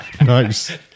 nice